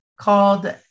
called